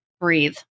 breathe